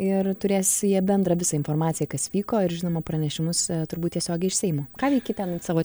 ir turės jie bendrą visą informaciją kas vyko ir žinoma pranešimus turbūt tiesiogiai iš seimo ką veiki ten savo